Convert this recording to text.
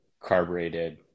carbureted